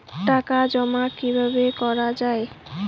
টাকা জমা কিভাবে করা য়ায়?